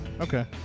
Okay